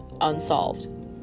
unsolved